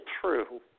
true